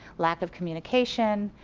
lack of communication,